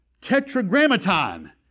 tetragrammaton